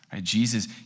Jesus